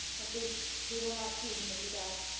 at least we will not see him if he does.